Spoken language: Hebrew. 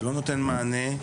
זה לא נותן מענה.